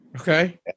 Okay